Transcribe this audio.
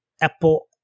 Apple